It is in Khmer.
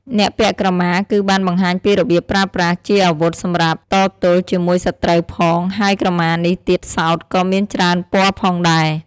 អ្នកពាក់ក្រមាគឺបានបង្ហាញពីរបៀបប្រើប្រាស់វាអាវុធសម្រាប់តទល់ជាមួយសត្រូវផង ហើយក្រមានេះទៀតសោតក៏មានច្រើនពណ៌ផងដែរ។